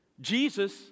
Jesus